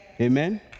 Amen